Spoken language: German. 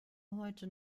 heute